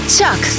Chuck